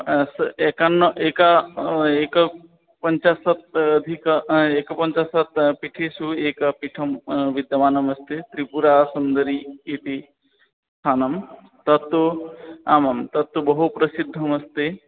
अ स एकन्ना एका एकपञ्चाशत् अधिक एकपञ्चाशत् पीठेषु एकं पीठं विद्यमानम् अस्ति त्रिपुरसुन्दरी इति स्थानं तत्तु आम् आं तत्तु बहुप्रसिद्धम् अस्ति